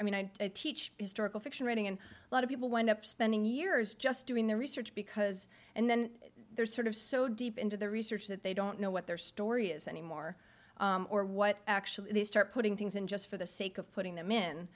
i mean i teach historical fiction writing and lot of people wind up spending years just doing the research because and then there's sort of so deep into the research that they don't know what their story is anymore or what actually they start putting things in just for the sake of putting them in